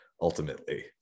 ultimately